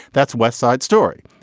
that's west side story.